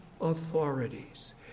authorities